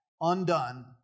undone